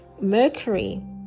Mercury